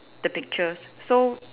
the pictures so